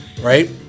right